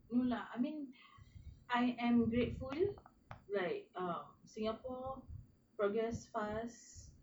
no lah I mean I am grateful right err singapore progress fast